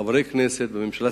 חברי הכנסת והממשלה,